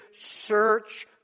search